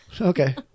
Okay